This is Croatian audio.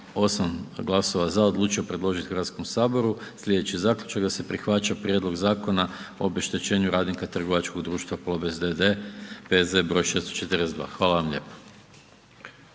8 glasova „za“, odlučio predložiti Hrvatskom saboru slijedeći zaključak, da se prihvaća Prijedlog Zakon o obeštećenju radnika trgovačkog društva Plobest d.d., P.Z. br. 642, hvala vam lijepa.